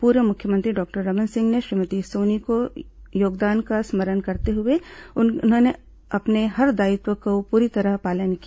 पूर्व मुख्यमंत्री डॉक्टर रमन सिंह ने श्रीमती सोनी के योगदान का स्मरण करते हुए कहा कि उन्होंने अपने हर दायित्व का पूरी तरह पालन किया